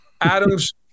Adams